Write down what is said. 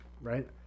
right